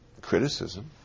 criticism